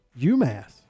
UMass